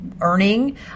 earning